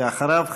ואחריו,